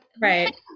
right